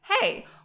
hey